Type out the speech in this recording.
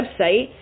website